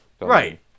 Right